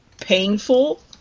painful